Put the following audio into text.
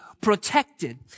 protected